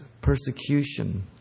persecution